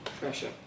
Pressure